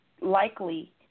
likely